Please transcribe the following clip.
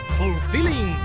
fulfilling